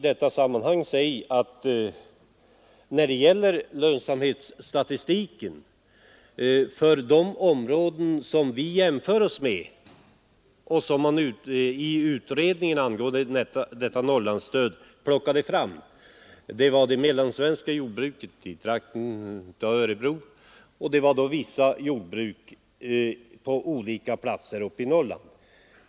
Det finns en lönsamhetsstatistik för de områden som vi gör jämförelser mellan — utredningen om Norrlandsstödet har plockat fram den — nämligen det mellansvenska jordbruket i trakten av Örebro och jordbruk på vissa platser i Norrland.